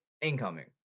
incoming